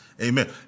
Amen